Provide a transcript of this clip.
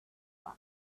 one